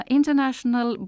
International